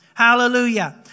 Hallelujah